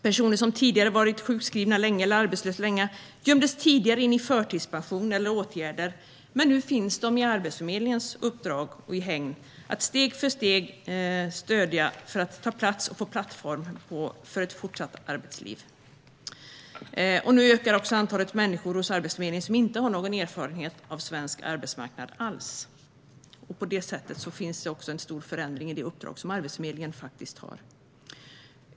Personer som tidigare varit sjukskrivna eller arbetslösa länge gömdes då in i förtidspension eller åtgärder, men nu finns dessa personer hos Arbetsförmedlingens hägn för att steg för steg ta plats och få en plattform för ett fortsatt arbetsliv. Nu ökar också antalet människor hos Arbetsförmedlingen som inte har någon erfarenhet alls av svensk arbetsmarknad. På det sättet görs det också en stor förändring i det uppdrag som Arbetsförmedlingen har.